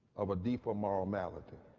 of a deeper moral matter.